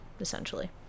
essentially